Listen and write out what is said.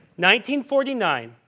1949